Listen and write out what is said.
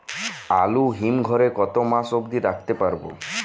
আলু হিম ঘরে কতো মাস অব্দি রাখতে পারবো?